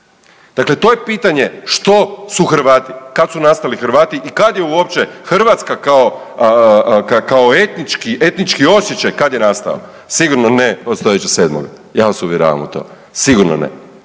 Dakle, to je pitanje što su Hrvati, kad su nastali Hrvati i kad je uopće Hrvatska kao etnički, etnički osjećaj kad je nastao. Sigurno ne od stoljeća 7., ja vas uvjeravam u to, sigurno ne,